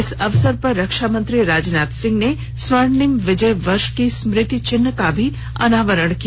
इस अवसर पर रक्षा मंत्री राजनाथ सिंह ने स्वर्णिम विजय वर्ष के स्मृति चिन्ह का भी अनावरण किया